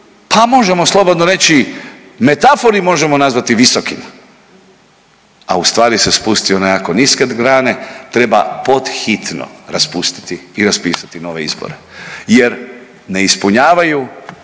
pa možemo slobodno reći metafori možemo nazvati visokim, a ustvari se spustio na jako niske grane, treba pod hitno raspustiti i raspisati nove izbore jer ne ispunjavaju,